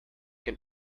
can